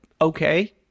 okay